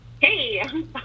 hey